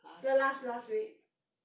the last last week